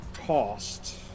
cost